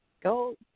Go